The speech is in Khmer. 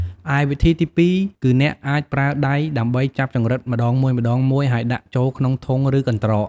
ឯវិធីទីពីរ គឺអ្នកអាចប្រើដៃដើម្បីចាប់ចង្រិតម្តងមួយៗ ហើយដាក់ចូលក្នុងធុង ឬកន្ត្រក។